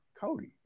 Cody